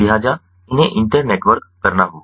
लिहाजा उन्हें इंटरनेटवर्क करना होगा